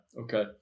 Okay